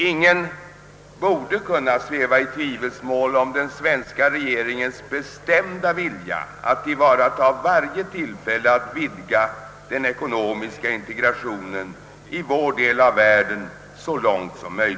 Ingen borde kunna sväva i tvivelsmål om den svenska regeringens bestämda vilja att tillvarata varje tillfälle att så långt som möjligt vidga den ekonomiska integrationen i vår del av världen.